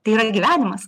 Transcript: tai yra gyvenimas